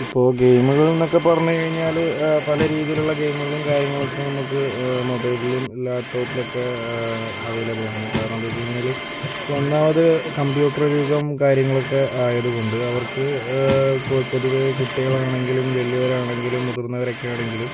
ഇപ്പോൾ ഗെയിമുകൾ എന്നൊക്കെ പറഞ്ഞ് കഴിഞ്ഞാൽ പല രീതീയിലുള്ള ഗെയിമുകളും കാര്യങ്ങളൊക്കെ നമുക്ക് മൊബൈലിലും ലാപ്ടോപ്പിലുമൊക്കെ അവൈലബിൾ ആണ് കാരണമെന്താണെന്നു വെച്ച് കഴിഞ്ഞാൽ ഇപ്പോൾ ഒന്നാമത് കമ്പ്യൂട്ടർ യുഗം കാര്യങ്ങളൊക്കെ ആയത്കൊണ്ട് അവർക്ക് പൊതുവേ കുട്ടികളാണെങ്കിലും വല്യവരാണെങ്കിലും മുതിർന്നവരോക്കെയാണെങ്കിലും